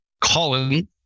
Colin